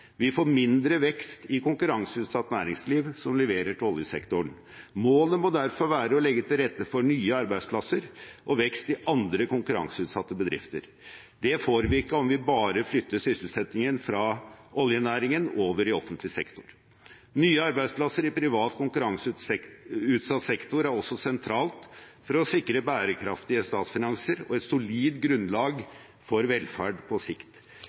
Vi får mindre vekst i konkurranseutsatt næringsliv som leverer til oljesektoren. Målet må derfor være å legge til rette for nye arbeidsplasser og vekst i andre konkurranseutsatte bedrifter. Det får vi ikke om vi bare flytter sysselsettingen fra oljenæringen over i offentlig sektor. Nye arbeidsplasser i privat konkurranseutsatt sektor er også sentralt for å sikre bærekraftige statsfinanser og et solid grunnlag for velferd på sikt.